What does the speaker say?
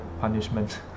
Punishment